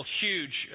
huge